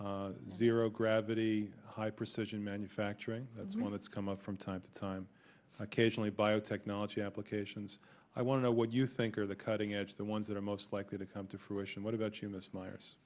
zero gravity high precision manufacturing that's one that's come up from time to time occasionally biotechnology applications i want to know what you think are the cutting edge the ones that are most likely to come to fruition what about you miss myers